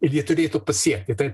ir jie turėtų pasiekti tai